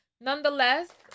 nonetheless